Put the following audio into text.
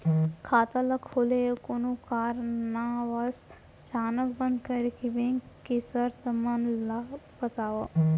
खाता ला खोले अऊ कोनो कारनवश अचानक बंद करे के, बैंक के शर्त मन ला बतावव